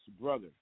brother